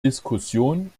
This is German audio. diskussion